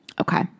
Okay